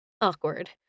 Awkward